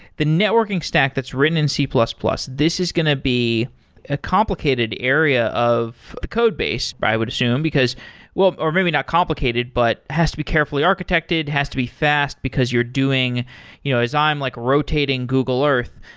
the networking stack that's written in c plus plus, this is going to be a complicated area of a code base i would assume, because well, or maybe not complicated, but it has to be carefully architected, has to be fast because you're doing you know as i'm like rotating google earth,